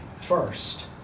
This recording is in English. first